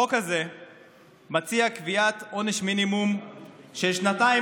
החוק הזה מציע קביעת עונש מינימום של שנתיים